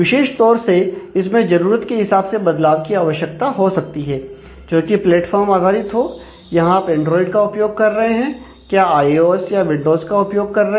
विशेष तौर से इसमें जरूरत के हिसाब से बदलाव की आवश्यकता हो सकती है जोकि प्लेटफॉर्म आधारित हो यहां आप एंड्रॉयड का उपयोग कर रहे हैं क्या आईओएस या विंडोस का उपयोग कर रहे हैं